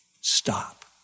Stop